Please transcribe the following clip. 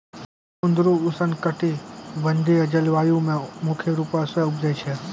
कुंदरु उष्णकटिबंधिय जलवायु मे मुख्य रूपो से उपजै छै